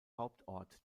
hauptort